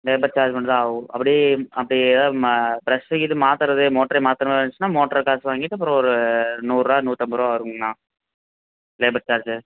labour charge மட்டும் தான் ஆவும் அப்படி அப்படி எதாவது பிரஷ்ஷு கிஷ்ஷு மாற்றுறது மோட்டரே மாற்றுறமாரி இருந்துசுன்னா மோட்டருக்கு காசு வாங்கிகிட்டு அப்புறம் ஒரு நூறுரூவா நூத்தம்பரூவா வருங்க அண்ணா லேபர் சார்ஜு